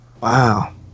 Wow